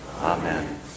Amen